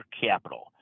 Capital